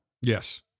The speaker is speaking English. Yes